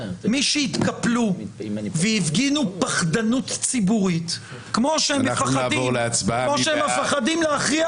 מי שהתקפלו והפגינו פחדנות ציבוריתכמו שהם מפחדים עכשיו להכריע